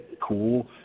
Cool